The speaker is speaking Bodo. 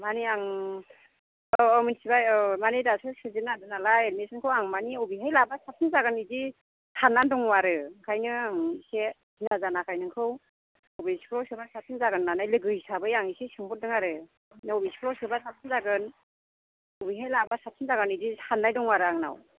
मानि आं औ औ मोनथिनाय औ मानि दासो सोजेननो नागिरदों नालाय एडमिसनखौ आं मानि अबेहाय लाबा साबसिन जागोन बिदि सान्नानै दं आरो ओंखायनो आं बे सिना जानाखाय नोंखौ अबे स्कुलाव सोबा साबसिन होनानै लोगो हिसाबै आं एसे सोंहरदों आरो अबे स्कुलाव सोबा साबसिन जागोन अबेहाय लाबा साबसिन जागोन बिदि साननाय दं आरो आंनाव